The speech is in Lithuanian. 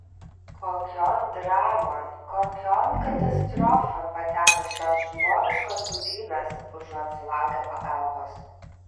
kokion dramon kokion katastrofon pateko šios žmogiškos būtybės užuot sulaukę pagalbos